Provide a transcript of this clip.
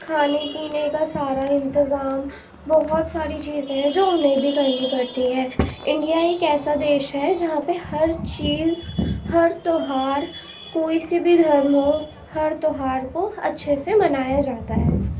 کھانے پینے کا سارا انتظام بہت ساری چیزیں ہیں جو انہیں بھی کرنی پڑتی ہے انڈیا ہی ایک ایسا دیش ہے جہاں پہ ہر چیز ہر تہوار کوئی سے بھی دھرم ہو ہر تہوار کو اچھے سے منایا جاتا ہے